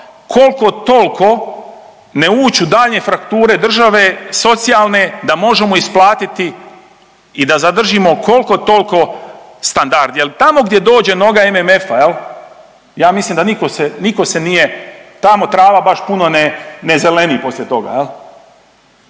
koliko toliko ne ući u daljnje frakture države socijalne da možemo isplatiti i da zadržimo koliko toliko standard jel tamo gdje dođe noga MMF-a jel ja mislim da niko se, niko se nije tamo trava baš puno ne zeleni poslije toga.